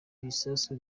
ibisasu